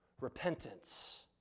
repentance